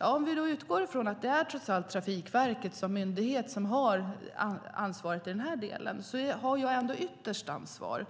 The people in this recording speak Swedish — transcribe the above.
Om vi utgår från att det trots allt är Trafikverket som myndighet som har ansvaret i den här delen har jag ändå det yttersta ansvaret.